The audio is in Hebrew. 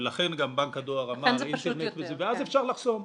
ולכן גם בנק הדואר אמר, ואז אפשר לחסום.